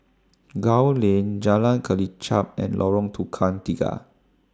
Gul Lane Jalan Kelichap and Lorong Tukang Tiga